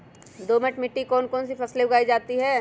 दोमट मिट्टी कौन कौन सी फसलें उगाई जाती है?